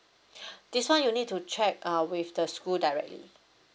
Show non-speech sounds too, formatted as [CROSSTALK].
[BREATH] this one you need to check uh with the school directly